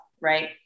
right